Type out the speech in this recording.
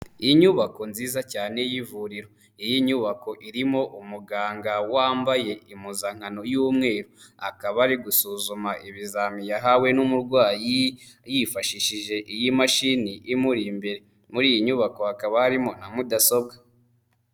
Inyubako nziza cyane y'ivuriro. Iyi nyubako irimo umuganga wambaye impuzankano y'umweru. Akaba ari gusuzuma ibizami yahawe n'umurwayi, yifashishije iyi mashini imuri imbere. Muri iyi nyubako hakaba harimo na mudasobwa.